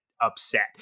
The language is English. upset